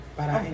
para